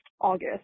August